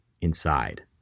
inside